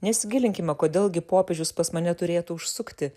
nesigilinkime kodėl gi popiežius pas mane turėtų užsukti